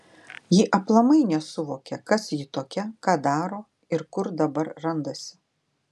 ji aplamai nesuvokia kas ji tokia ką daro ir kur dabar randasi